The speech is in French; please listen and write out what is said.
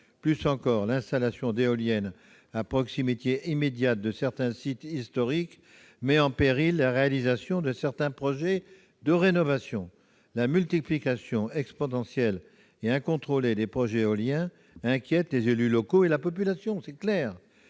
Pis, l'installation d'éoliennes à proximité immédiate de sites historiques met en péril la réalisation de certains projets de rénovation. La multiplication exponentielle et incontrôlée des projets éoliens inquiète clairement les élus locaux et la population.